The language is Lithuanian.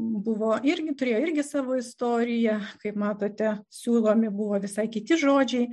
buvo irgi turėjo irgi savo istoriją kaip matote siūlomi buvo visai kiti žodžiai